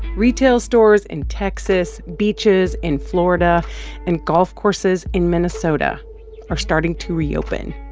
retail stores in texas, beaches in florida and golf courses in minnesota are starting to reopen,